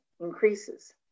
increases